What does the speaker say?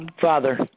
Father